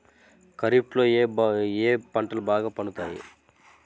ఖరీఫ్లో ఏ పంటలు బాగా పండుతాయి?